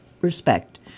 respect